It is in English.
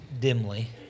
dimly